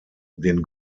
den